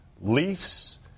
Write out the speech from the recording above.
Leafs